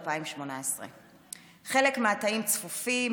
2018. חלק מהתאים צפופים,